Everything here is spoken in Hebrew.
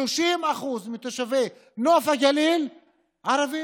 30% מתושבי נוף הגליל ערבים,